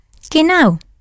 Genau